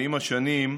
ועם השנים,